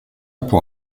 pour